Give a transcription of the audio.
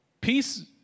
peace